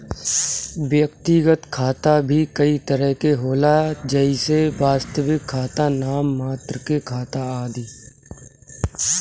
व्यक्तिगत खाता भी कई तरह के होला जइसे वास्तविक खाता, नाम मात्र के खाता आदि